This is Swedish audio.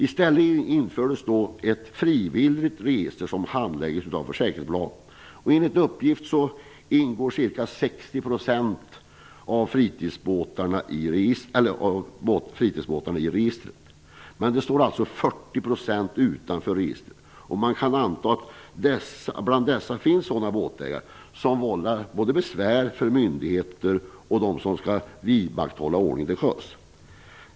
I stället infördes ett frivilligt register, som handläggs av försäkringsbolagen. Enligt uppgift ingår ca 60 % av fritidsbåtarna i registret. 40 % står alltså utanför registret, och man kan anta att det bland dessa finns sådana båtägare som vållar besvär både för myndigheter och för dem som skall vidmakthålla ordningen till sjöss.